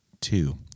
two